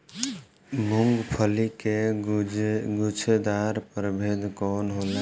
मूँगफली के गुछेदार प्रभेद कौन होला?